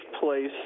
place